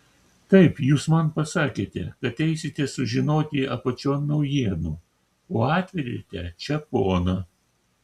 taip jūs man pasakėte kad eisite sužinoti apačion naujienų o atvedėte čia poną